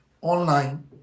online